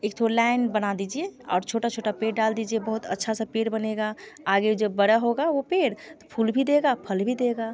एक थो लाइन बना दीजिए और छोटा छोटा पेड़ डाल दीजिए अच्छा सा पेड़ बनेगा आगे जब बड़ा होगा वो पेड़ फूल भी देगा फल भी देगा